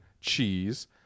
cheese